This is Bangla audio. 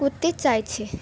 করতে চাইছ